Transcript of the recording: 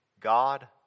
God